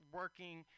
working